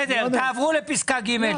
תעברו לפסקה (ג).